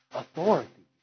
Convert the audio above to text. authority